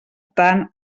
tant